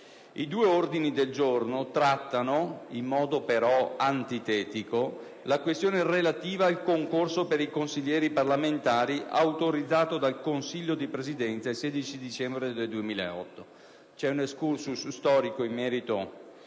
gli ordini del giorno G1 e G8 che trattano, in modo però antitetico, la questione relativa al concorso per consiglieri parlamentari, autorizzato dal Consiglio di Presidenza il 16 dicembre 2008. C'è un *excursus* storico da fare